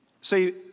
See